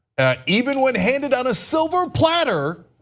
even when handed on a silver platter,